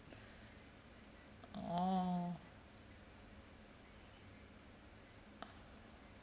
orh